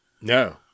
No